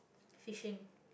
fishing